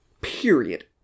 period